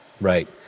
Right